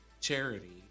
charity